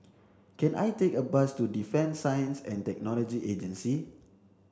can I take a bus to Defence Science and Technology Agency